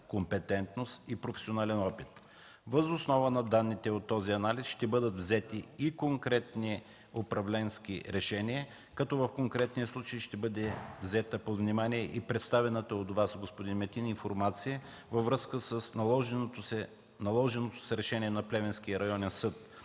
компетентност и професионален опит. Въз основа на данните от този анализ ще бъдат взети и конкретни управленски решения, като в настоящия случай ще бъде взета под внимание и представената от Вас, господин Метин, информация във връзка с наложеното решение на Плевенския районен съд,